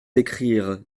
écrire